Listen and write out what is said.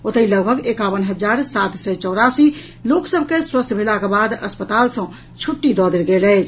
ओतहि लगभग एकावन हजार सात सय चौरासी लोक सभ के स्वस्थ भेलाक बाद अस्पताल सँ छुट्टी दऽ देल गेल अछि